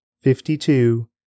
fifty-two